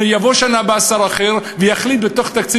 יבוא בשנה הבאה שר אחר ויחליט בתוך תקציב